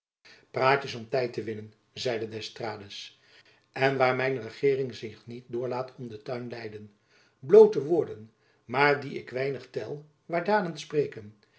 praatjens om tijd te winnen zeide d'estrades en waar mijn regeering zich niet door laat om den tuin leiden bloote woorden maar die ik weinig tel waar daden spreken